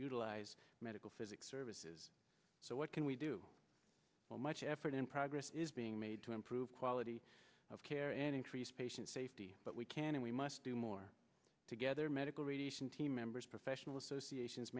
utilize medical physic services so what can we do while much effort in progress is being made to improve quality of care and increase patient safety but we can and we must do more together medical radiation team members professional associations